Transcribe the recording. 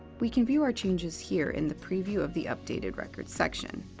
we can view our changes here in the preview of the updated record section.